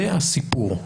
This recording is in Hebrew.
זה הסיפור.